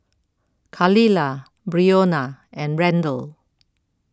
Khalilah Brionna and Randle